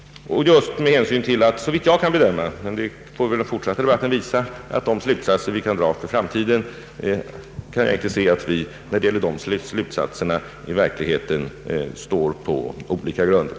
Såvitt jag kan bedöma — men det får den fortsatta debatten utvisa — står vi i verkligheten inte på olika grund när det gäller de slutsatser vi kan dra för framtiden i denna fråga.